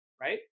right